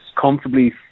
comfortably